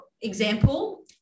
example